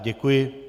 Děkuji.